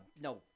No